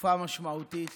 תקופה משמעותית